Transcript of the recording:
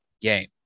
game